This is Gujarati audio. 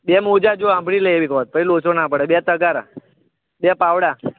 બે મોજા જો સાંભળી લે એક વખત પછી લોચો ના પડે બે તગારાં બે પાવડા